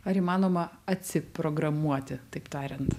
ar įmanoma aciprogramuoti taip tariant